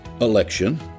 election